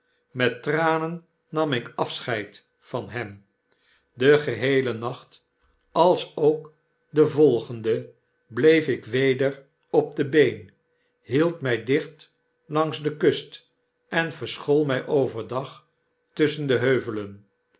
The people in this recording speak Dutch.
met tranen nam ik afscheid van hem den geheelen nacht alsook den volgenden bleef ik weder op de been hield my dicht langs de kust en verschool my over dag tusschen de heuvelen